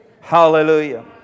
Hallelujah